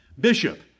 Bishop